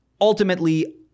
ultimately